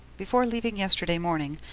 before leaving yesterday morning,